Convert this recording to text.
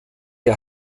der